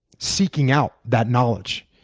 seeking out that knowledge.